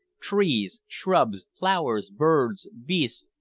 trees, shrubs, flowers, birds, beasts,